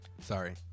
sorry